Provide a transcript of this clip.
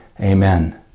Amen